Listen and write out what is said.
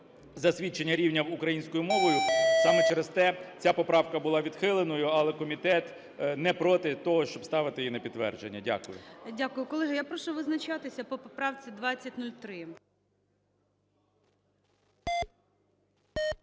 засвідчення рівня української мови. Саме через те ця поправка була відхиленою. Але комітет не проти того, щоб ставити її на підтвердження. Дякую. ГОЛОВУЮЧИЙ. Дякую. Колеги, я прошу визначатися по поправці 2003.